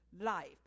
life